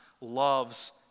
loves